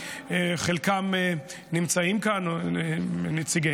ואחר כך עלה חבר הכנסת